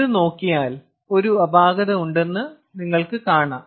ഇത് നോക്കിയാൽ ഒരു അപാകത ഉണ്ടെന്ന് നിങ്ങൾ കാണുന്നു